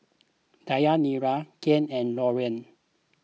Deyanira Kael and Lauren